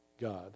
God